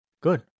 good